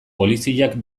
poliziak